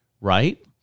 right